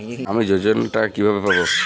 আমি যোজনার টাকা কিভাবে পাবো?